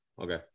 okay